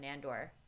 Nandor